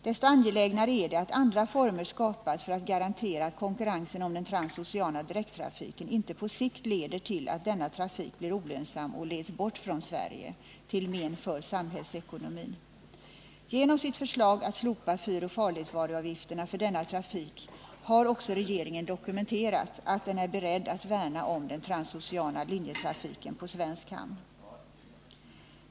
Desto angelägnare är det att andra former skapas för att garantera att konkurrensen om den transoceana direkttrafiken inte på sikt leder till att denna trafik blir olönsam och leds bort från Sverige, till men för samhällsekonomin. Genom sitt förslag att slopa fyroch farledsvaruavgifterna för denna trafik har också regeringen dokumenterat att den är beredd att värna om den transoceana linjetrafiken på svensk hamn.